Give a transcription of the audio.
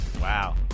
Wow